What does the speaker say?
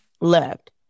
left